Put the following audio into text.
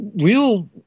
real